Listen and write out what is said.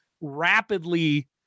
rapidly